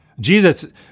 Jesus